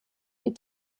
die